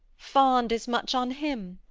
fond as much on him,